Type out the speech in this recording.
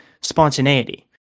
spontaneity